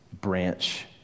branch